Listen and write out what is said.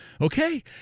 Okay